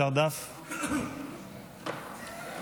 דווקא